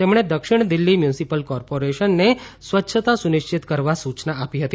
તેમણે દક્ષિણ દિલ્ઠી મ્યુનિસિપલ કોર્પોરિશને સ્વચ્છતા સુનિશ્ચિત કરવા સૂચના આપી હતી